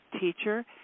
teacher